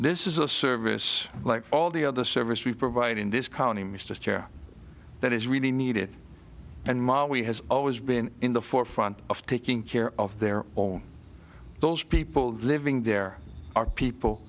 this is a service like all the other service we provide in this county mr chair that is really needed and ma we has always been in the forefront of taking care of their own those people living there are people